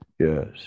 Yes